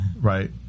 Right